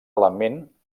element